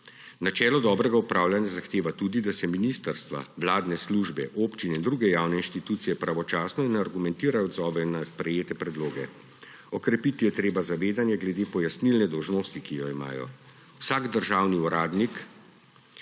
Načelo dobrega upravljanja zahteva tudi, da se ministrstva, vladne službe, občine in druge javne inštitucije pravočasno in argumentirano odzovejo na sprejete predloge. Okrepiti je treba zavedanje glede pojasnilne dolžnosti, ki jo imajo. Vsak državni uradnik